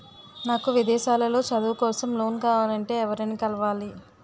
నాకు విదేశాలలో చదువు కోసం లోన్ కావాలంటే ఎవరిని కలవాలి?